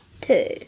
two